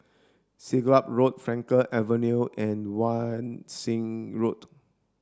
Siglap Road Frankel Avenue and Wan Shih Road